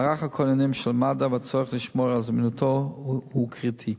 מערך הכוננים של מד"א והצורך לשמור על זמינותו הם קריטיים,